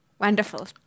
Wonderful